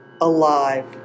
alive